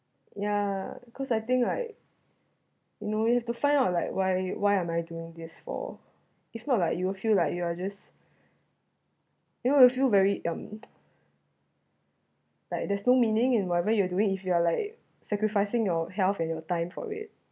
ya cause I think like you know you have to find out like why why am I doing this for it's not like you will feel like you are just you will feel very dumb like there's no meaning in whatever you're doing if you are like sacrificing your health and your time for it